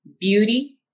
Beauty